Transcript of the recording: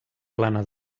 plana